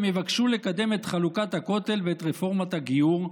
יבקשו לקדם את חלוקת הכותל ואת רפורמת הגיור,